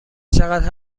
چقدر